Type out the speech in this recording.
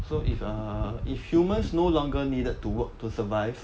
so if err if humans no longer needed to work to survive